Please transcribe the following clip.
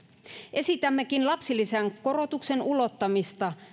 esitämmekin lapsilisän korotuksen ulottamista